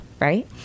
right